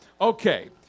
Okay